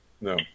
No